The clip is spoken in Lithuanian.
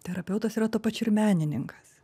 terapeutas yra tuo pačiu ir menininkas